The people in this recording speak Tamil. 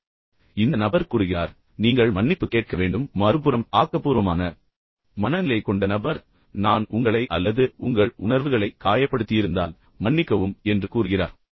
இப்போது இந்த பக்கம் நபர் கூறுகிறார் நீங்கள் மன்னிப்பு கேட்க வேண்டும் மறுபுறம் ஆக்கபூர்வமான மனநிலை கொண்ட நபர் நான் உங்களை அல்லது உங்கள் உணர்வுகளை காயப்படுத்தியிருந்தால் மன்னிக்கவும் என்று கூறுகிறார்